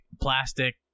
plastic